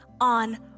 on